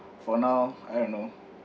for now I don't know